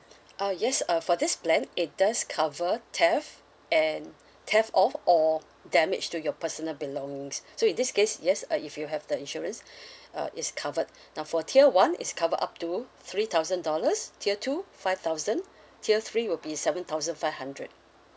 ah yes uh for this plan it does cover theft and theft off or damage to your personal belongings so in this case yes uh if you have the insurance uh it's covered now for tier one it's covered up to three thousand dollars tier two five thousand tier three will be seven thousand five hundred